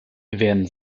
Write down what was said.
werden